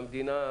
והמדינה,